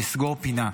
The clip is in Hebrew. לסגור פינה.